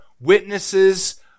witnesses